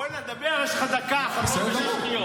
בוא'נה, תדבר, יש לך דקה, 56 שניות.